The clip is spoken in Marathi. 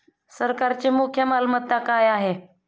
सरकारची मुख्य मालमत्ता काय आहे?